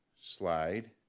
slide